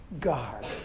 God